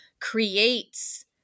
creates